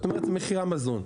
זאת אומרת, מחירי המזון.